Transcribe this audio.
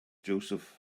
joseph